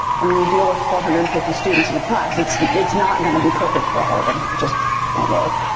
when you deal with four hundred and fifty students in a class it's it's not going to be perfect for all them. it just won't work.